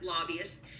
lobbyists